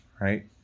right